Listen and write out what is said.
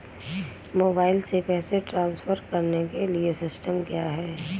Mobile से पैसे transfer करने के लिए सिस्टम क्या है?